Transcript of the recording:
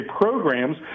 programs